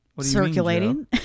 circulating